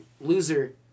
loser